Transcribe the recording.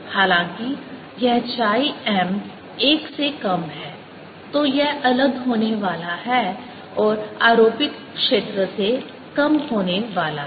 हालाँकि यह chi m एक से कम है तो यह अलग होने वाला है और आरोपित क्षेत्र से कम होने वाला है